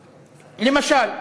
למשל,